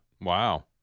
Wow